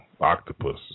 octopus